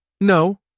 No